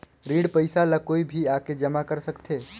ऋण पईसा ला कोई भी आके जमा कर सकथे?